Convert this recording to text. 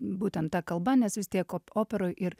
būtent ta kalba nes vis tiek op operoj ir